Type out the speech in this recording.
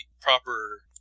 proper